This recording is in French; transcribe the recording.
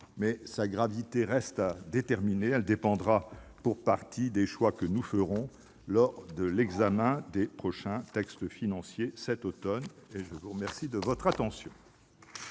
mais sa gravité reste à déterminer. Elle dépendra pour partie des choix que nous ferons lors de l'examen des prochains textes financiers cet automne. J'informe le Sénat